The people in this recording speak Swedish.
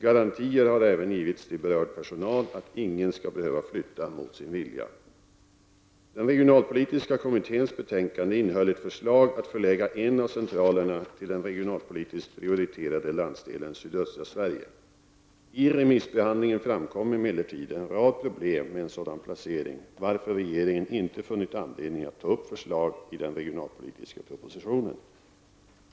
Garantier har även givits till berörd personal att ingen skall behöva flytta mot sin vilja. Den regionalpolitiska kommitténs betänkande innehöll ett förslag att förlägga en av centralerna till den regionalpolitiskt prioriterade landsdelen sydöstra Sverige. I remissbehandlingen framkom emellertid en rad problem med en sådan placering, varför regeringen inte funnit anledning att ta upp förslag i den regionalpolitiska propositionen.